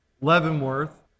Leavenworth